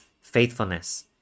faithfulness